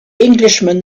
englishman